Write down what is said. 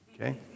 Okay